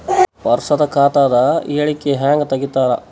ವರ್ಷದ ಖಾತ ಅದ ಹೇಳಿಕಿ ಹೆಂಗ ತೆಗಿತಾರ?